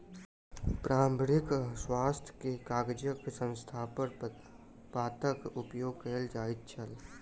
प्रारंभिक अवस्था मे कागजक स्थानपर पातक उपयोग कयल जाइत छल